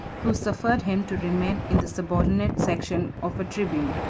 who suffered him to remain in the subordinate station of a tribune.